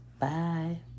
Bye